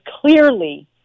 clearly